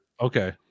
Okay